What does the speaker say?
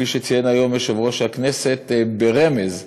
כפי שציין היום יושב-ראש הכנסת ברמז,